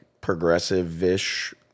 progressive-ish